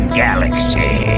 galaxy